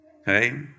Okay